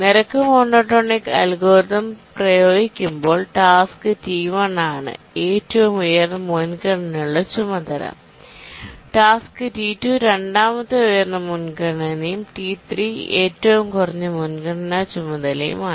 rate monotonic algorithm പ്രയോഗിക്കുമ്പോൾ task T1 ആണ് ഏറ്റവും ഉയർന്ന മുൻഗണനയുള്ള ചുമതല ടാസ്ക് T2 രണ്ടാമത്തെ ഉയർന്ന മുൻഗണനയും T3 ഏറ്റവും കുറഞ്ഞ മുൻഗണനാ ചുമതലയുമാണ്